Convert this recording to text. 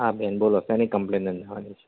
હા બેન બોલો શેની કમ્પલેન નોંધવાની છે